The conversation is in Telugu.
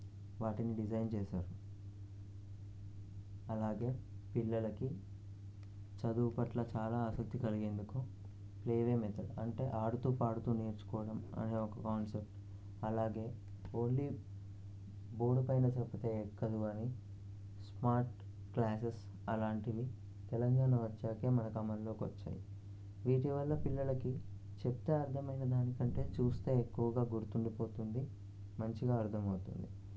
వాటిని డిజైన్ చేసారు అలాగే పిల్లలకి చదువు పట్ల చాలా ఆసక్తి కలిగేందుకు ప్లే వే మెథడ్ అంటే ఆడుతూ పాడుతూ నేర్చుకోవడం అనే ఒక కాన్సెప్ట్ అలాగే ఓన్లీ బోర్డు పైన చెప్తే ఎక్కదు అని స్మార్ట్ క్లాసెస్ అలాంటివి తెలంగాణ వచ్చాకే మనకు అమల్లోకి వచ్చాయి వీటి వల్ల పిల్లలకి చెప్తే అర్థమయ్యే దానికంటే చూస్తే ఎక్కువగా గుర్తుండిపోతుంది మంచిగా అర్థమవుతుంది